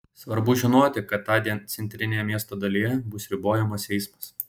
svarbu žinoti kad tądien centrinėje miesto dalyje bus ribojamas eismas